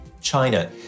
China